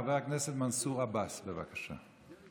חבר הכנסת מנסור עבאס, בבקשה.